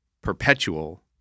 perpetual